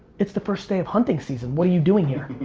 it's the first day of hunting season. what are you doing here?